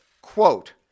quote